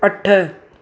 अठ